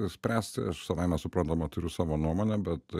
nuspręsti aš savaime suprantama turiu savo nuomonę bet